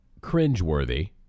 cringeworthy